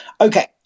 okay